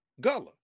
gullah